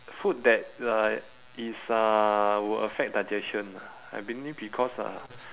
food that like is uh will affect digestion ah I believe because uh